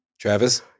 Travis